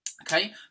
Okay